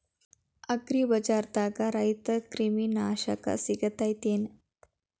ಅಗ್ರಿಬಜಾರ್ದಾಗ ರೈತರ ಕ್ರಿಮಿ ನಾಶಕ ಸಿಗತೇತಿ ಏನ್?